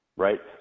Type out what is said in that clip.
Right